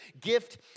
Gift